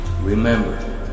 Remember